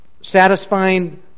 satisfying